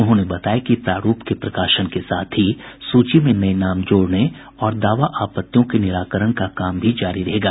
उन्होंने बताया कि प्रारूप के प्रकाशन के साथ ही सूची में नये नाम जोड़ने और दावा आपत्तियों के निराकरण का काम भी जारी रहेगा